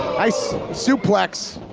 nice suplex.